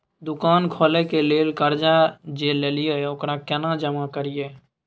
दुकान खोले के लेल कर्जा जे ललिए ओकरा केना जमा करिए?